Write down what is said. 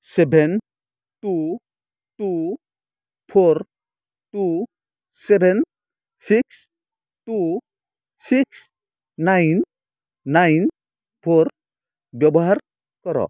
seven two two four two seven six two six nine nine four ବ୍ୟବହାର କର